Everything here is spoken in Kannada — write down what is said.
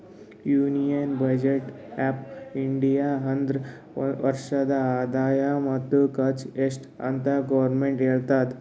ಯೂನಿಯನ್ ಬಜೆಟ್ ಆಫ್ ಇಂಡಿಯಾ ಅಂದುರ್ ವರ್ಷದ ಆದಾಯ ಮತ್ತ ಖರ್ಚು ಎಸ್ಟ್ ಅಂತ್ ಗೌರ್ಮೆಂಟ್ ಹೇಳ್ತುದ